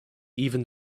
even